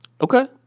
Okay